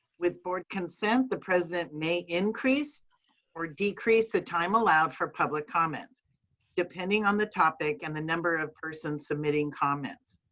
with board consent, the president may increase or decrease the time allowed for public comments depending on the topic and the number of persons submitting comments.